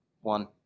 One